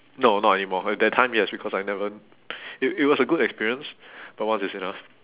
no not anymore at that time yes because I never it it was a good experience but once is enough